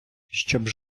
щоб